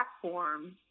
platform